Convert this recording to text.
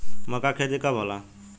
मक्का के खेती कब होला?